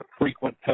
frequent